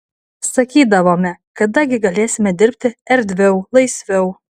sakydavome kada gi galėsime dirbti erdviau laisviau